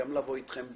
גם לבוא אתכם בדברים,